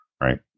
right